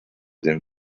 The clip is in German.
den